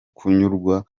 kunyurwa